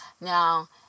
Now